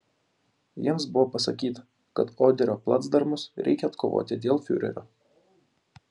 jiems buvo pasakyta kad oderio placdarmus reikia atkovoti dėl fiurerio